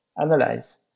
analyze